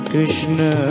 Krishna